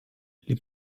les